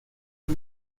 los